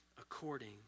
according